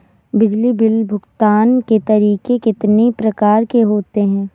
बिजली बिल भुगतान के तरीके कितनी प्रकार के होते हैं?